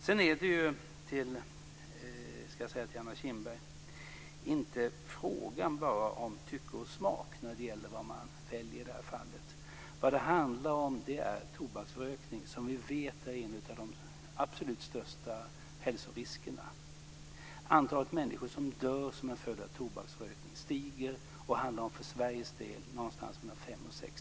Till Anna Kinberg vill jag säga att det inte bara är en fråga om tycke och smak när det gäller vad man väljer i det här fallet. Det handlar om tobaksrökning som vi vet är en av de absolut största hälsoriskerna. Antalet människor som dör som en följd av tobaksrökning stiger. För Sveriges del rör det sig om 5 000 6 000 människor.